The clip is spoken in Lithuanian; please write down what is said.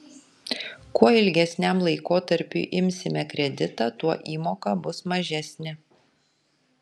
kuo ilgesniam laikotarpiui imsime kreditą tuo įmoka bus mažesnė